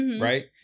right